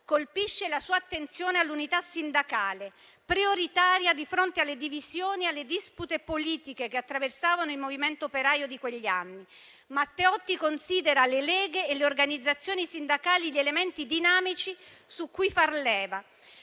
colpisce la sua attenzione all'unità sindacale, prioritaria di fronte alle divisioni e alle dispute politiche che attraversavano il movimento operaio di quegli anni. Matteotti considera le leghe e le organizzazioni sindacali gli elementi dinamici su cui far leva,